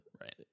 right